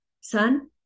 son